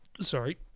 sorry